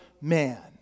man